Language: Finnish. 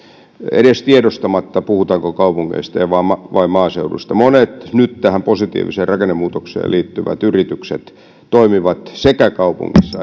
edes tiedostamatta puhutaanko kaupungeista vai maaseudusta monet nyt tähän positiiviseen rakennemuutokseen liittyvät yritykset toimivat sekä kaupungissa